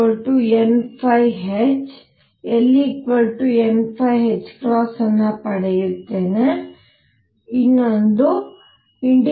∫pdϕnh L n ಅನ್ನು ಪಡೆಯುತ್ತೇನೆ ಮತ್ತು 2